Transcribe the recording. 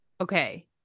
okay